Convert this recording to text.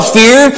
fear